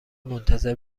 منتظر